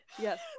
Yes